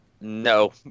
No